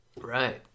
Right